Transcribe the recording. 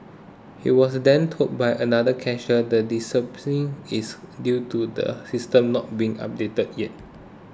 he was then told by another cashier the is due to the system not being updated yet